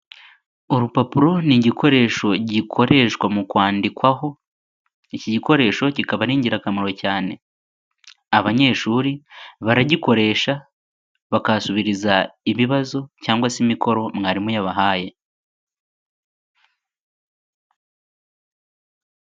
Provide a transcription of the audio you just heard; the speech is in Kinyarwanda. Urupapuro ni igikoresho gikoreshwa mu kwandikwaho, iki gikoresho kikaba ari ingirakamaro cyane. Abanyeshuri baragikoresha, bakahasubiriza ibibazo cyangwa se imikoro mwarimu yabahaye.